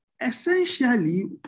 essentially